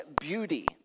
beauty